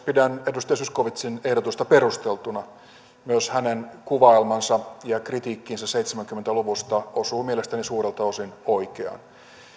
pidän edustaja zyskowiczin ehdotusta perusteltuna myös hänen kuvaelmansa ja kritiikkinsä seitsemänkymmentä luvusta osuvat mielestäni suurelta osin oikeaan